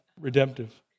redemptive